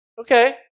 okay